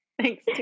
Thanks